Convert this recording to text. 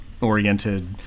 oriented